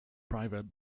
private